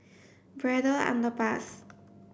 Braddell Underpass